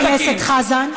חבר הכנסת חזן.